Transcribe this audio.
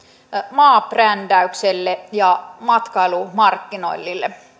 maabrändäykselle ja matkailumarkkinoinnille